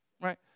right